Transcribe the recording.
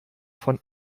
von